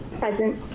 present.